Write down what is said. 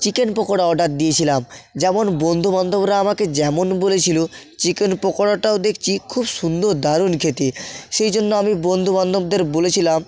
chicken pakora order দিয়েছিলাম যেমন বন্ধু বান্ধবরা আমাকে যেমন বলেছিলো চিকেন পকোড়াটাও দেকছি খুব সুন্দর দারুণ খেতে সেই জন্য আমি বন্ধু বান্ধবদের বলেছিলাম